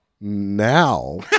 now